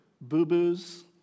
boo-boos